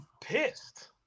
pissed